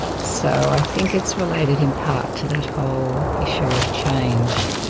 so i think it's related in part to that whole issue of change